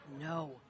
No